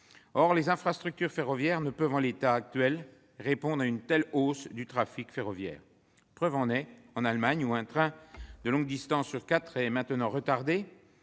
Or les infrastructures ferroviaires ne peuvent, en l'état actuel, répondre à une telle hausse du trafic. La preuve en est que, en Allemagne, un train de longue distance sur quatre est maintenant retardé,